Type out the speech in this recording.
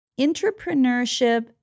Entrepreneurship